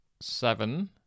Seven